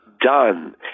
done